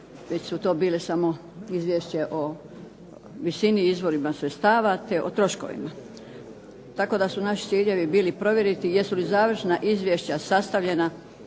već su to bili samo Izvješće o visini i izvorima sredstava te o troškovima. Tako da su naši ciljevi bili provjeriti jesu li završna izvješća sastavljena